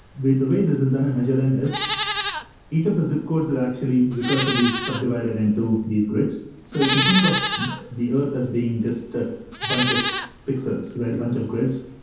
the the way this is done in magellan is each of the zip codes would actually recursively subdivided into these grids. so you can think of the earth as being just a bunch of pixels, a bunch of grids.